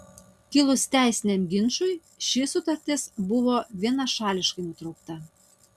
kilus teisiniam ginčui ši sutartis buvo vienašališkai nutraukta